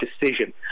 decision